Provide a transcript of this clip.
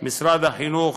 משרד החינוך,